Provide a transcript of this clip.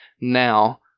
now